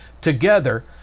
together